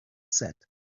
said